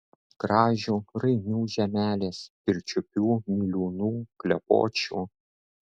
kražių rainių žemelės pirčiupių miliūnų klepočių